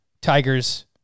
Tigers